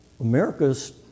americas